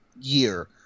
year